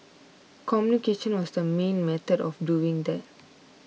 communication was the main method of doing that